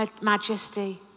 majesty